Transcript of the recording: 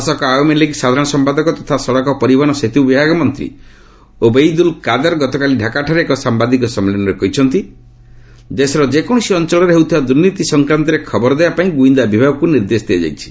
ଶାସକ ଆୱାମି ଲିଗ୍ ସାଧାରଣ ସମ୍ପାଦକ ତଥା ସଡ଼କ ପରିବହନ ଓ ସେତ୍ର ବିଭାଗ ମନ୍ତ୍ରୀ ଓବେଇଦୁଲ୍ କାଦର୍ ଗତକାଲି ଡାକାଠାରେ ଏକ ସାମ୍ବାଦିକ ସମ୍ମିଳନୀରେ କହିଛନ୍ତି ଦେଶର ଯେକୌଣସି ଅଞ୍ଚଳରେ ହେଉଥିବା ଦୁର୍ନୀତି ସଂକ୍ରାନ୍ତରେ ଖବର ଦେବାପାଇଁ ଗୁଇନ୍ଦା ବିଭାଗଗୁଡ଼ିକୁ ନିର୍ଦ୍ଦେଶ ଦିଆଯାଇଛି